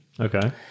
Okay